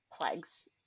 plagues